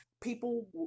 People